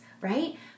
right